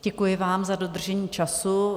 Děkuji vám za dodržení času.